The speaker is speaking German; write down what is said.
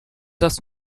dass